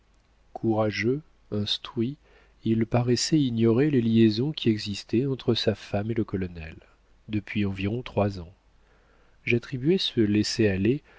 courageux instruit il paraissait ignorer les liaisons qui existaient entre sa femme et le colonel depuis environ trois ans j'attribuais ce laisser-aller aux